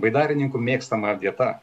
baidarininkų mėgstama vieta